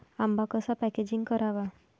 आंबा कसा पॅकेजिंग करावा?